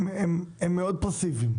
הם מאוד פאסיביים,